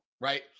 right